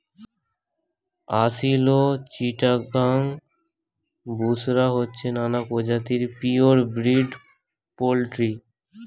আসিল, চিটাগাং, বুশরা হচ্ছে নানা প্রজাতির পিওর ব্রিড পোল্ট্রি